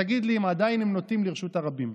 ותגיד לי אם עדיין הם נוטים לרשות הרבים.